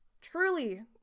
truly